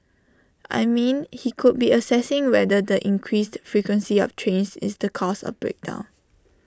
I mean he could be assessing whether the increased frequency of trains is the cause of the break down